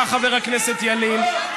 חבר הכנסת חיים ילין.